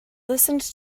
listened